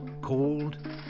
called